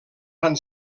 fan